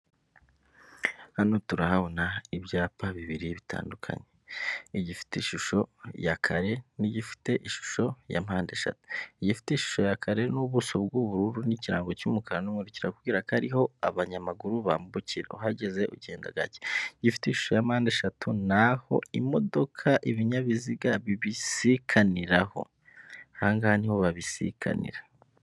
Hano turahabona ibyapa bibiri bitandukanye, igifite ishusho ya kare n'igifite ishusho ya mpandeshatu igifite ishusho ya kare iriho ubuso bw'ubururu n'ikirango cy'umukara n'umweru kirakubwira ko ariho abanyamaguru bambukira uhageze ugenda gake igifite ishusho ya mpande eshatu ni aho imodoka ibinyabiziga bibisikaniraho ahangaha niho babisiganiraira.